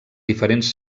diferents